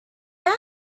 yet